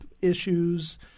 issues